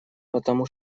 потому